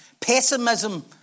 Pessimism